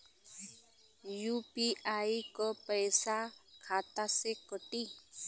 UPI क पैसा खाता से कटी?